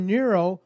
Nero